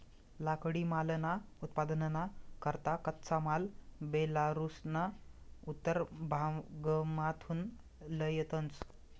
लाकडीमालना उत्पादनना करता कच्चा माल बेलारुसना उत्तर भागमाथून लयतंस